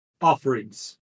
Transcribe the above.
offerings